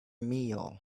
meal